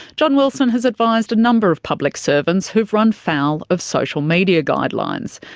john wilson has advised a number of public servants who've run foul of social media guidelines.